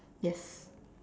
yes